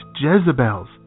Jezebels